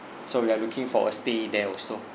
so we are looking for a stay there also